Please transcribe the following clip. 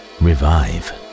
revive